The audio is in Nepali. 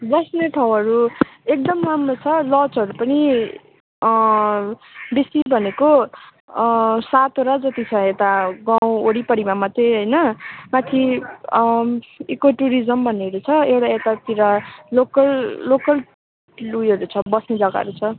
बस्ने ठाउँहरू एकदम राम्रो छ लजहरू पनि बेसी भनेको सातवटा जति छ यता गाउँ वरिपरिमा मात्रै होइन माथि इको टुरिजम भन्नेहरू छ एउटा यतातिर लोकल लोकल उयोहरू छ बस्ने जग्गाहरू छ